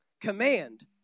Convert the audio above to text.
command